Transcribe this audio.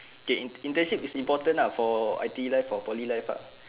K internship is important lah for I_T_E life for poly life ah